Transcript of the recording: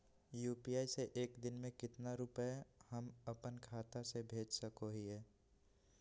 UPI से एक दिन में कितना रुपैया हम अपन खाता से भेज सको हियय?